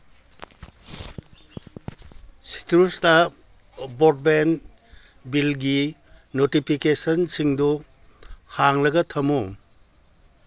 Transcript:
ꯁꯤꯇ꯭ꯔꯨꯁꯇ ꯕ꯭ꯔꯣꯠꯕꯦꯟ ꯕꯤꯜꯒꯤ ꯅꯣꯇꯤꯐꯤꯀꯦꯁꯟꯁꯤꯡꯗꯨ ꯍꯥꯡꯂꯒ ꯊꯝꯃꯨ